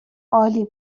عالی